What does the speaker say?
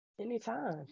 Anytime